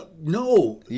no